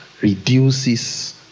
reduces